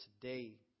today